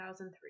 2003